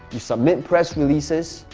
you submit, press releases,